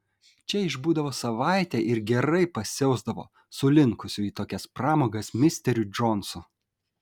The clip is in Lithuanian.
čia išbūdavo savaitę ir gerai pasiausdavo su linkusiu į tokias pramogas misteriu džonsu